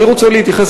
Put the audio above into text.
אני רוצה להתייחס,